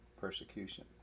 persecution